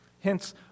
Hence